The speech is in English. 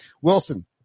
Wilson